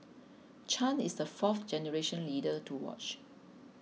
Chan is the fourth generation leader to watch